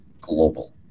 global